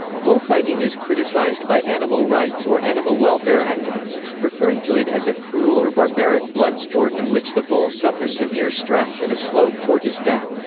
bullfighting is criticized by animal rights or animal welfare activists, referring to it as a cruel or barbaric blood sport in which the bull suffers severe stress and a slow, torturous death.